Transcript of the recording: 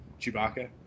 Chewbacca